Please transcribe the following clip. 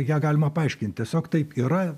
ją galima paaiškint tiesiog taip yra